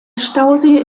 stausee